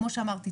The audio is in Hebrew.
כמו שאמרתי,